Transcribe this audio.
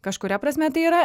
kažkuria prasme tai yra